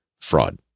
fraud